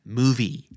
movie